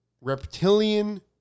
reptilian